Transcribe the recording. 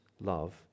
love